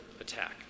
attack